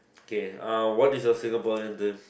okay uh what is a Singaporean dream